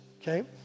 Okay